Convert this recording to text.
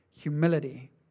humility